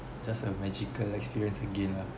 just a magical experience again lah